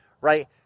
right